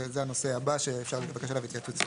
זה הנושא הבא שאפשר לבקש עליו התייעצות סיעתית.